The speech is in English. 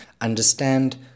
understand